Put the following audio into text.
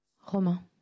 Romain